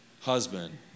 husband